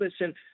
Listen